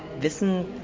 wissen